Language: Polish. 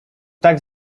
tak